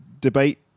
debate